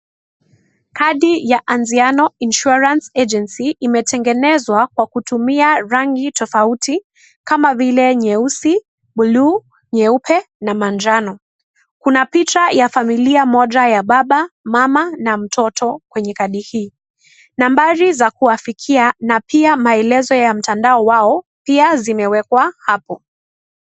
Kadi ya Anziano Insurance Agency, imetengenezwa kwa kutumia rangi tofauti kama vile nyeusi, bluu , nyeupe, na manjano. Kuna picha ya familia moja ya baba, mama na mtoto kwenye kadi hii. Nambari za kuwafikia, na pia maelezo ya mtandao wao, pia zimewekwa hapo.